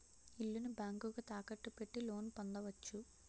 ఇల్లుని బ్యాంకుకు తాకట్టు పెట్టి లోన్ పొందవచ్చు